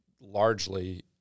largely